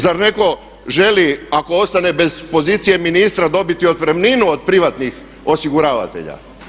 Zar netko želi ako ostane bez pozicije ministra dobiti otpremninu od privatnih osiguravatelja?